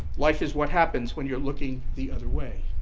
life is what happens when you're looking the other way.